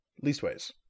leastways